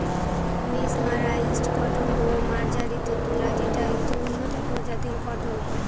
mesmerised cotton হল মার্জারিত তুলা যেটা একটি উন্নত প্রজাতির কটন